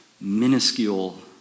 minuscule